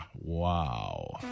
Wow